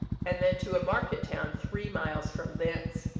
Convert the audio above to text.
and then to a market-town three miles from thence.